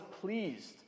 pleased